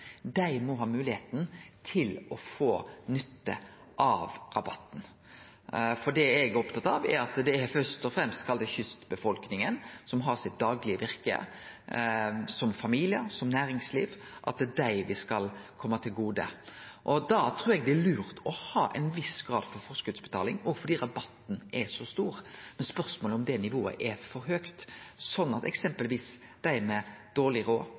må ha moglegheit til å få nytte av rabatten. Eg er opptatt av at det først og fremst er kystbefolkninga, som har sitt daglege virke der, som familiar eller som næringsliv, dette skal kome til gode. Da trur eg det er lurt å ha ein viss grad av forskotsbetaling, òg fordi rabatten er så stor. Spørsmålet er om det nivået er for høgt, slik at f.eks. dei med dårleg